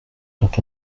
dont